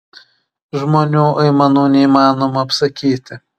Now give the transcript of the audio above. žmonių aimanų neįmanoma apsakyti